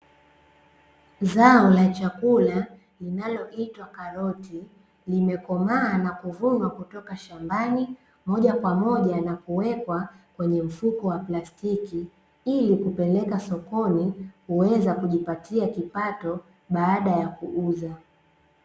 Zao la chakula linaloitwa karoti limekomaa na kuvuna kutoka shambani mojakwamoja na kuwekwa kwenye mfuko wa plastiki ilikupeleka sokoni kuweza kujipatia kipato baada ya kuuza.